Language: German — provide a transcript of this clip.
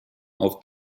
auf